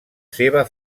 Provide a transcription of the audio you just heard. seva